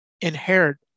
inherit